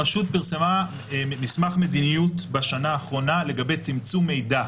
הרשות פרסמה מסמך מדיניות בשנה האחרונה לגבי צמצום מידע.